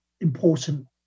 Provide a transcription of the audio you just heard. important